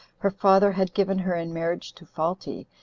her father had given her in marriage to phalti,